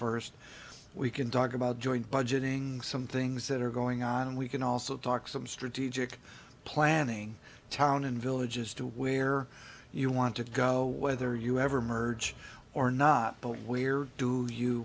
first we can talk about joint budgeting some things that are going on and we can also talk some strategic planning town and villages to where you want to go whether you ever merge or not but we're do you